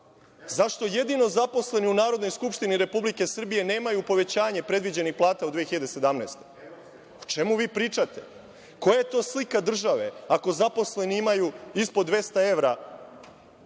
Zašto jedino zaposleni u Narodnoj skupštini Republike Srbije nemaju povećanje predviđenih plata u 2017. godini? O čemu vi pričate? Koja je to slika države ako zaposleni imaju ispod 200 evra